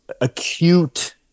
acute